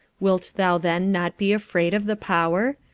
wilt thou then not be afraid of the power?